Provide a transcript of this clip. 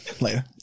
Later